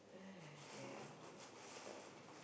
oh dear yeah